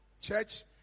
Church